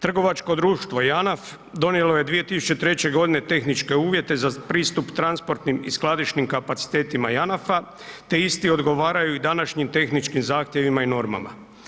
Trgovačko društvo Janaf donijelo je 2003. godine tehničke uvjete za pristup transportnim i skladišnim kapacitetima Janafa te isti odgovaraju i današnjim tehničkim zahtjevima i normama.